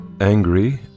angry